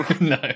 no